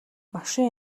машин